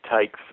takes